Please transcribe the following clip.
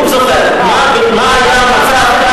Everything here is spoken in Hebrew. תשאל את שר האוצר הקודם באיזה מצב,